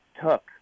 took